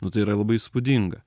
nu tai yra labai įspūdinga